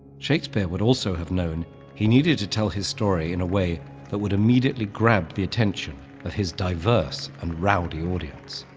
shakespeare would also have known he needed to tell his story in a way that would immediately grab the attention of his diverse and rowdy audience.